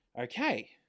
Okay